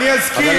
כי אנחנו לא,